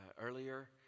earlier